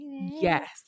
yes